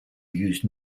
used